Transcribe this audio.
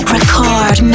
Record